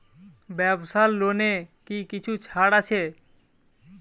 ব্যাবসার লোনে কি কিছু ছাড় আছে?